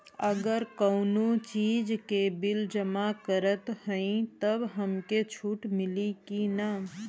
अगर कउनो चीज़ के बिल जमा करत हई तब हमके छूट मिली कि ना?